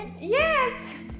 Yes